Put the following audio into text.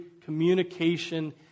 communication